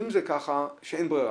אם זה ככה שאין ברירה,